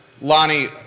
Lonnie